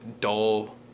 dull